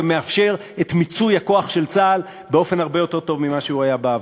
ומאפשר את מיצוי הכוח של צה"ל באופן הרבה יותר טוב ממה שהוא היה בעבר.